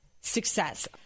success